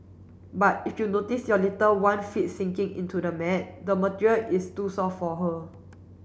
but if you notice your little one feet sinking into the mat the material is too soft for her